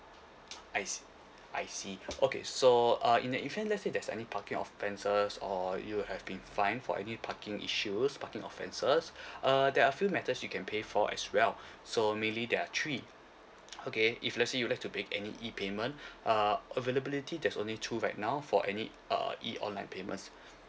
I see I see okay so uh in the event let say there's any parking offences or you have been fine for any parking issues parking offences uh there are a few methods you can pay for as well so mainly there are three okay if let say you would like to make any E payment uh availability there's only two right now for any uh E online payments